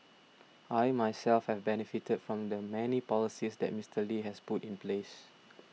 I myself have benefited from the many policies that Mister Lee has put in place